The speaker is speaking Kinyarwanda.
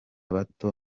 bato